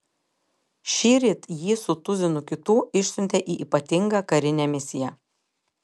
šįryt jį su tuzinu kitų išsiuntė į ypatingą karinę misiją